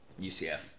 UCF